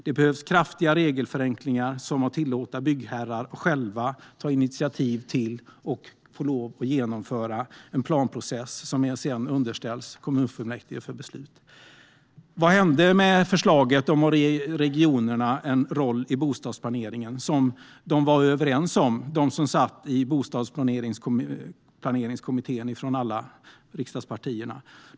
Det behövs kraftiga regelförenklingar, som att tillåta byggherrar att själva ta initiativ till och genomföra en planprocess som sedan underställs kommunfullmäktige för beslut. Vad hände med förslaget att ge regionerna en roll i bostadsplaneringen, vilket företrädarna för alla riksdagspartier var överens om i Bostadsplaneringskommittén?